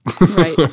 Right